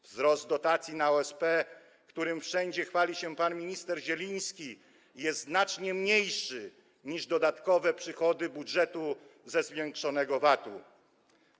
Wzrost dotacji na OSP, którym wszędzie chwali się pan minister Zieliński, jest znacznie mniejszy niż dodatkowe przychody budżetu ze zwiększonego VAT-u.